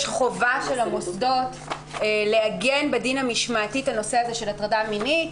יש חובה של המוסדות לעגן בדין המשמעתי את הנושא של הטרדה מינית.